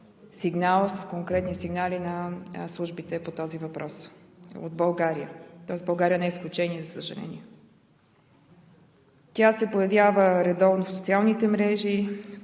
конкретни сигнали на службите по този въпрос – от България, тоест България не е изключение, за съжаление. Тя се появява редовно в социалните мрежи,